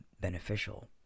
beneficial